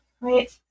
Right